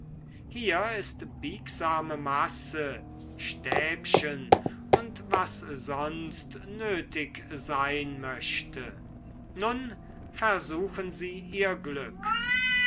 hier ist biegsame masse stäbchen und was sonst nötig sein möchte nun versuchen sie ihr glück